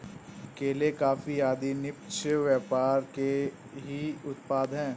केले, कॉफी आदि निष्पक्ष व्यापार के ही उत्पाद हैं